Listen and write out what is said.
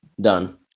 done